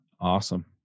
Awesome